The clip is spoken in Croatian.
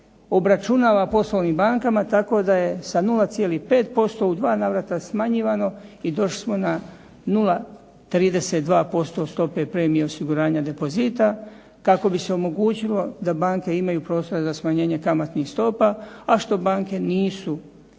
obračunava poslovnim bankama tako da je sa 0,5% u dva navrata smanjivano i došli smo na 0,32% stope premije osiguranja depozita, kako bi se omogućilo da banke imaju prostora za smanjenje kamatnih stopa, a što banke nisu u